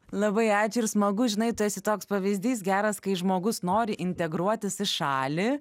labai ačiū ir smagu žinai tu esi toks pavyzdys geras kai žmogus nori integruotis į šalį